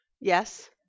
Yes